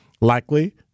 likely